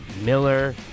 Miller